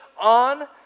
on